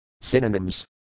Synonyms